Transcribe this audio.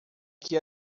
que